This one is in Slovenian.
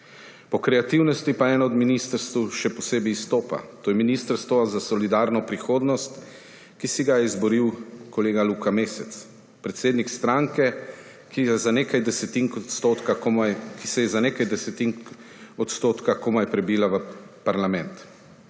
Po kreativnosti pa eno od ministrstev še posebej izstopa. To je Ministrstvo za solidarno prihodnost, ki si ga je izboril kolega Luka Mesec, predsednik stranke, ki se je za nekaj desetink odstotka komaj prebila v parlament.